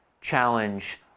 challenge